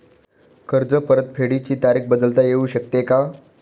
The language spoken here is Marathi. कर्ज परतफेडीची तारीख बदलता येऊ शकते का?